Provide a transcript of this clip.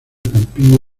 campiña